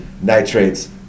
nitrates